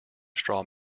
straw